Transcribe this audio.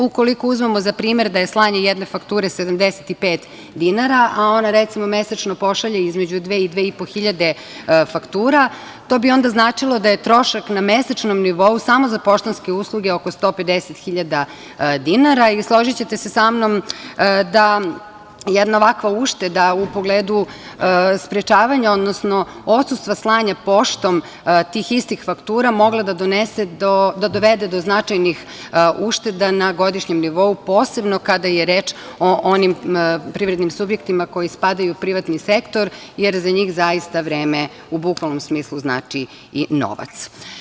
Ukoliko uzmemo za primer da je slanje jedne fakture 75 dinara, a ona, recimo, mesečno pošalje između 2.000 i 2.500 faktura, to bi onda značilo da je trošak na mesečnom nivou samo za poštanske usluge oko 150 hiljada dinara i složićete se sa mnom da jedna ovakva ušteda u pogledu sprečavanja, odnosno odsustva slanja poštom tih istih faktura mogla da dovede do značajnih ušteda na godišnjem nivou, posebno kada je reč o onim privrednim subjektima koji spadaju u privatni sektor, jer za njih zaista vreme u bukvalnom smislu znači i novac.